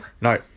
No